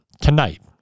tonight